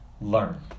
learn